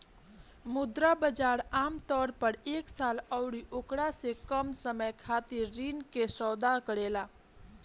मुद्रा बाजार आमतौर पर एक साल अउरी ओकरा से कम समय खातिर ऋण के सौदा करेला